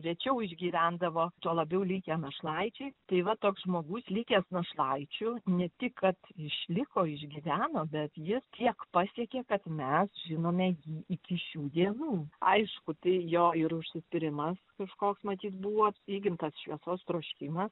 rečiau išgyvendavo tuo labiau likę našlaičiai tai va toks žmogus likęs našlaičiu ne tik kad išliko išgyveno bet jis tiek pasiekė kad mes žinome jį iki šių dienų aišku tai jo ir užsispyrimas kažkoks matyt buvo įgimtas šviesos troškimas